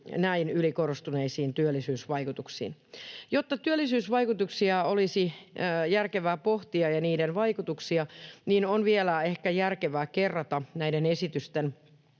näin ylikorostuneisiin työllisyysvaikutuksiin. Jotta työllisyysvaikutuksia olisi järkevää pohtia, niin on vielä ehkä järkevää kerrata näiden esitysten